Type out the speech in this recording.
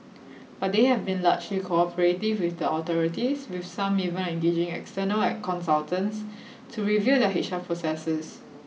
but they have been largely cooperative with the authorities with some even engaging external consultants to review their H R processes